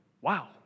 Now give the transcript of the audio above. wow